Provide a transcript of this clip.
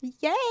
Yay